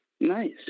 Nice